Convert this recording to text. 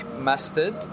mustard